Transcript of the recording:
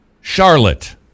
Charlotte